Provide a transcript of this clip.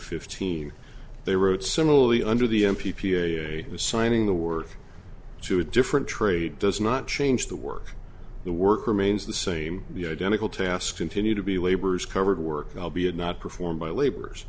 fifteen they wrote similarly under the m p a assigning the work to a different trade does not change the work the work remains the same identical task continue to be labors covered work i'll be had not performed my labors